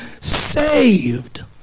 saved